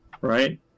Right